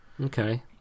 Okay